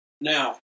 Now